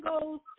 goes